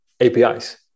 APIs